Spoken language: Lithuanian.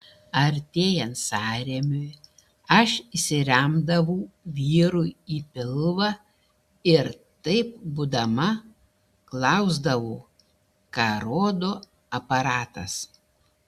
artėjant sąrėmiui aš įsiremdavau vyrui į pilvą ir taip būdama klausdavau ką rodo aparatas